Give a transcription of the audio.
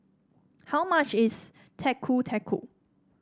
how much is Getuk Getuk